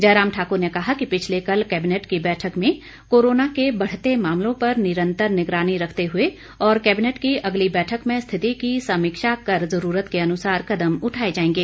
जयराम ठाकुर ने कहा कि पिछले कल केबिनेट की बैठक में कोरोना के बढ़ते मामलों पर निरंतर निगरानी रखते हुए और केबिनेट की अगली बैठक में स्थिति की समीक्षा कर ज़रूरत के अनुसार कदम उठाए जाएंगे